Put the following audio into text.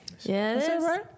Yes